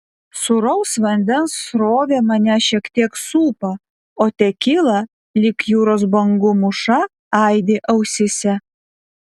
sūraus vandens srovė mane šiek tiek supa o tekila lyg jūros bangų mūša aidi ausyse